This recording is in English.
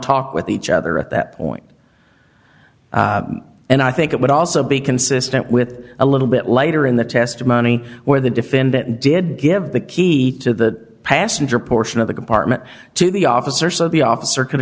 talk with each other at that point and i think it would also be consistent with a little bit later in the testimony where the defendant did give the key to the passenger portion of the compartment to the officer so the officer c